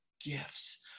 gifts